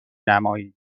نمایید